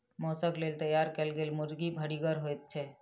मौसक लेल तैयार कयल गेल मुर्गी भरिगर होइत छै